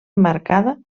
marcada